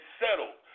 settled